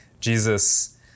Jesus